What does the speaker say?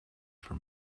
for